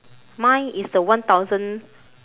mine is the one thousand